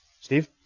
Steve